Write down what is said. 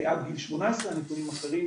עד גיל שמונה עשרה הנתונים הם אחרים,